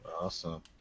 Awesome